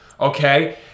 Okay